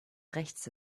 rechts